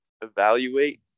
evaluate